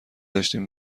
داشتیم